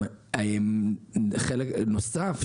חלק נוסף,